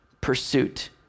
pursuit